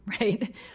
right